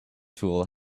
tool